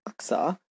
Aksa